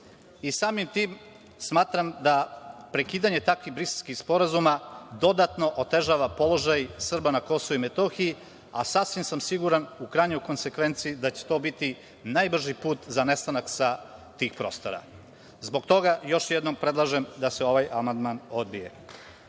i samim tim smatram da prekidanje takvih briselskih sporazuma dodatno otežava položaj Srba na KiM, sa sasvim sam siguran, u krajnjoj konsekvenci da će to biti najbrži put za nestanak sa tih prostora. Zbog toga još jednom predlažem da se ovaj amandmana odbije.